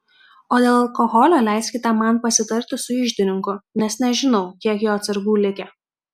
o dėl alkoholio leiskite man pasitarti su iždininku nes nežinau kiek jo atsargų likę